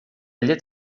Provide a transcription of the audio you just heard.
llet